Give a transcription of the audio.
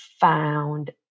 found